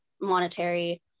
monetary